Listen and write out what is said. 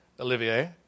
Olivier